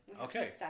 okay